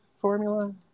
formula